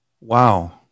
Wow